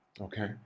Okay